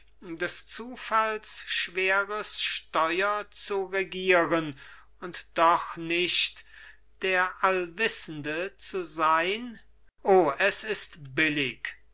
des zufalls schweres steuer zu regieren und doch nicht der allwissende zu sein o es ist billig